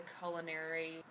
culinary